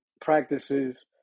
practices